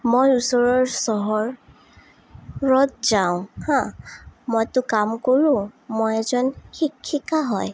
মই ওচৰৰ চহৰ ৰত যাওঁ হা মইতো কাম কৰোঁ মই এজন শিক্ষিকা হয়